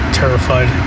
terrified